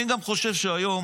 אני גם חושב שהיום